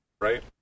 right